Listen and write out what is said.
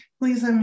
Please